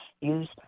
Use